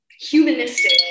humanistic